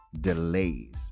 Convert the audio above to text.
delays